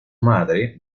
madre